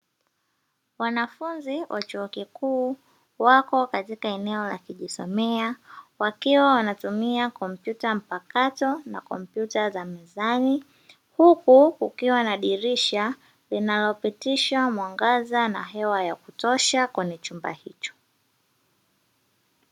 Wanafunzi wa chuo kikuu wako katika eneo la kujisomea wakiwa wanatumia kompyuta mpakato na kompyuta za mezani. Huku kukiwa na dirisha linalopitisha mwangaza na hewa ya kutosha kwenye chumba hicho.